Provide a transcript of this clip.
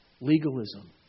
Legalism